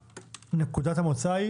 נקודת המוצא היא